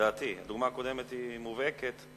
הדוגמה הקודמת היא מובהקת,